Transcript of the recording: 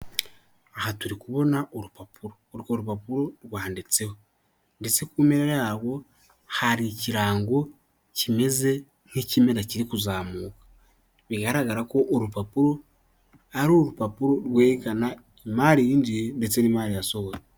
Aha turi kubona urupapuro urwo rupapuro rwanditseho ndetse ku mpera yarwo hari ikirango kimeze nk'ikimera kiri kuzamuka bigaragara ko urupapuro ari urupapuro rwerekana imari yinjiye ndetse n'imari yasohowe.